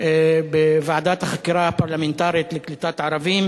בוועדת החקירה הפרלמנטרית לקליטת ערבים,